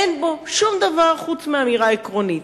אין בו שום דבר חוץ מהאמירה העקרונית: